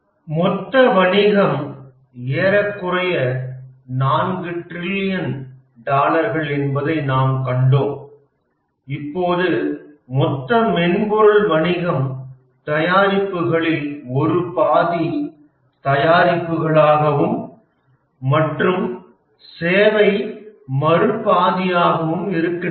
மொத்த வணிகம் ஏறக்குறைய 4 டிரில்லியன் டாலர்கள் என்பதை நாம் கண்டோம் இப்போது மொத்த மென்பொருள் வணிகம் தயாரிப்புகளில் ஒரு பாதி தயாரிப்புகளாகவும் மற்றும் சேவைகள் மறு பாதியாகவும் இருக்கின்றது